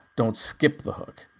don't skip the hook.